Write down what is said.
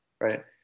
right